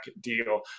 deal